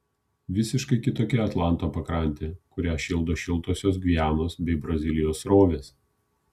visiškai kitokia atlanto pakrantė kurią šildo šiltosios gvianos bei brazilijos srovės